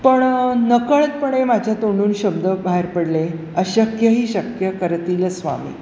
पण नकळतपणे माझ्या तोंडून शब्द बाहेर पडले अशक्य ही शक्य करतील स्वामी